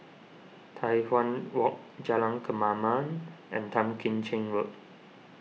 Tai Hwan Walk Jalan Kemaman and Tan Kim Cheng Road